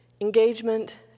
Engagement